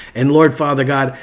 and lord father, god,